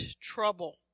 trouble